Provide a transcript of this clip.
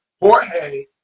Jorge